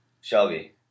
Shelby